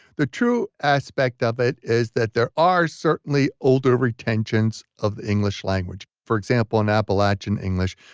the true aspect of it is that there are certainly older retentions of the english language. for example, in appalachian english,